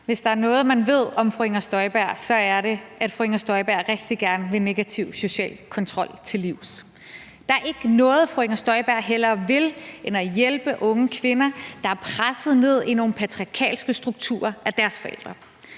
Hvis der er noget, man ved om fru Inger Støjberg, så er det, at fru Inger Støjberg rigtig gerne vil negativ social kontrol til livs. Der er ikke noget, fru Inger Støjberg hellere vil, end at hjælpe unge kvinder, der er presset ned i nogle patriarkalske strukturer af deres forældre.